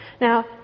Now